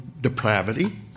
depravity